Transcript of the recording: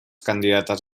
candidates